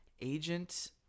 agent